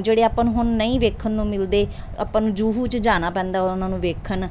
ਜਿਹੜੇ ਆਪਾਂ ਨੂੰ ਹੁਣ ਨਹੀਂ ਵੇਖਣ ਨੂੰ ਮਿਲਦੇ ਆਪਾਂ ਨੂੰ ਜੁਹੂ 'ਚ ਜਾਣਾ ਪੈਂਦਾ ਉਹਨਾਂ ਨੂੰ ਵੇਖਣ